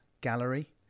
gallery